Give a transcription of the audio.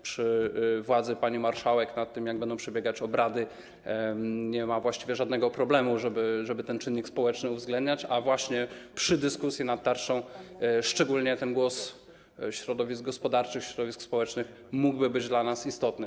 Przy władzy pani marszałek nad tym, jak będą przebiegać obrady, nie ma właściwie żadnego problemu, żeby ten czynnik społeczny uwzględniać, a właśnie przy dyskusji nad tarczą szczególnie ten głos środowisk gospodarczych, środowisk społecznych mógłby być dla nas istotny.